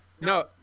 No